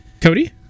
cody